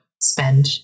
spend